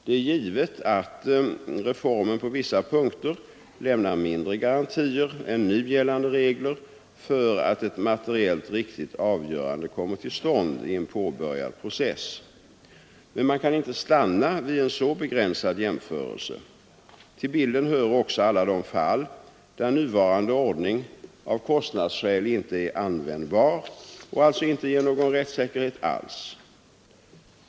Det är givet att reformen på vissa punkter lämnar mindre garantier än nu gällande regler för att ett materiellt riktigt avgörande kommer till stånd i en påbörjad process, men man kan inte stanna vid en så begränsad jämförelse. Till bilden hör också alla de fall där nuvarande ordning av kostnadsskäl inte är användbar och alltså inte ger någon rättssäkerhet alls.